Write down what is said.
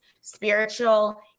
spiritual